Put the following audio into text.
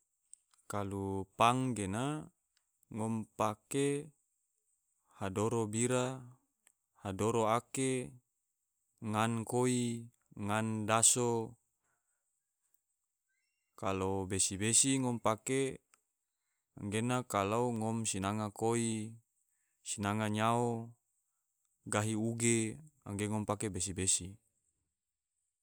Kalu pang gena ngom pake hadoero bira, hadoro ake, ngan koi, ngan daso. kalo besi-besi ngom pake gena kallo ngom sinanga koi, sinanga nyao, gahi uge. angge ngom pake besi-besi